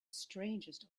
strangest